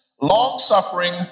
long-suffering